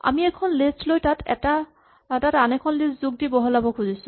আমি এখন লিষ্ট লৈ তাত আন এখন লিষ্ট যোগ দি বহলাব খুজিছো